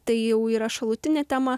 tai jau yra šalutinė tema